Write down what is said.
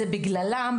זה בגללם,